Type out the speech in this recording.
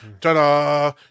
ta-da